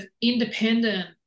independent